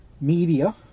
media